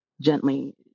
gently